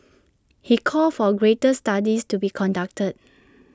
he called for greater studies to be conducted